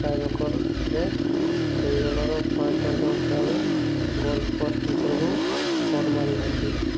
try ବକର୍ରେ ଦୁଇ ଦଳର ପାଞ୍ଚ ପାଞ୍ଚ ଜଣ ଖେଳାଳି ଗୋଲ୍ ପୋଷ୍ଟ୍ ଭିତରକୁ ସଟ୍ ମାରିଥାନ୍ତି